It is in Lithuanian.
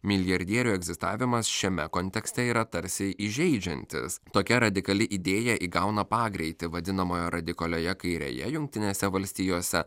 milijardierių egzistavimas šiame kontekste yra tarsi įžeidžiantis tokia radikali idėja įgauna pagreitį vadinamoje radikalioje kairėje jungtinėse valstijose